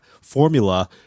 formula